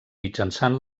mitjançant